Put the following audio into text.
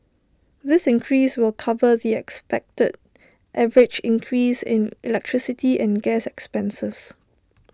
this increase will cover the expected average increase in electricity and gas expenses